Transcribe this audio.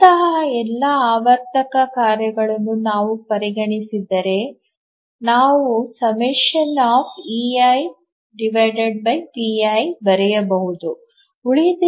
ಅಂತಹ ಎಲ್ಲಾ ಆವರ್ತಕ ಕಾರ್ಯಗಳನ್ನು ನಾವು ಪರಿಗಣಿಸಿದರೆ ನಾವು ∑ ಬರೆಯಬಹುದು